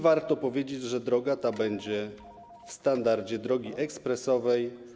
Warto powiedzieć, że ta droga będzie w standardzie drogi ekspresowej.